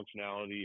functionality